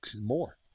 more